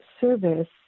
service